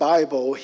Bible